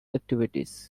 activities